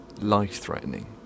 life-threatening